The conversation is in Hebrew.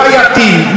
נכון,